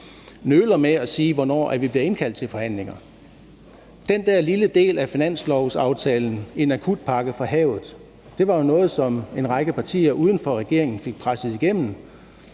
nøler med at sige, hvornår vi bliver indkaldt til forhandlinger. Den der lille del af finanslovsaftalen, en akutpakke for havet, var jo noget, som en række partier uden for regeringen fik presset igennem.